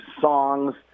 songs